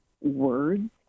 words